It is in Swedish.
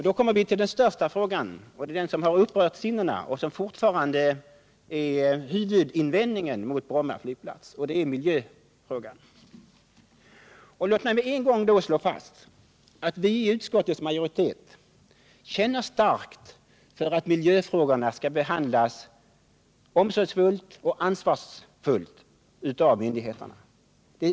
Vi kommer då in på den fråga i detta sammanhang, som har upprört sinnena och som fortfarande anförs som huvudinvändningen mot Bromma flygplats, nämligen miljöfrågan. Låt mig omedelbart slå fast att vi i utskottets majoritet känner starkt för att miljöfrågorna skall behandlas omsorgsfullt och ansvarsfullt av myndigheterna.